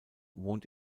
wohnt